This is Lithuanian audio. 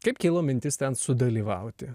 kaip kilo mintis ten sudalyvauti